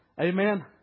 Amen